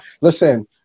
listen